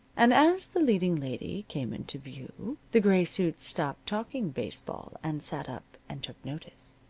and as the leading lady came into view the gray suits stopped talking baseball and sat up and took notice.